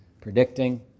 predicting